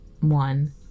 one